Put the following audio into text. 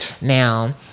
Now